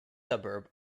suburb